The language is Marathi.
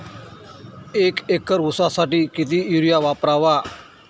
एक एकर ऊसासाठी किती युरिया वापरावा?